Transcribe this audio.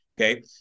okay